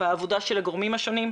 בעבודה של הגורמים השונים,